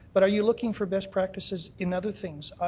but are you looking for best practices in other things?